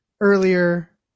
earlier